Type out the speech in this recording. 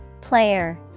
Player